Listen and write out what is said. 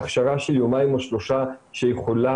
אנחנו צריכים הסדרה בתחום הזה וההסדרה לא יכולה